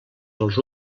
dels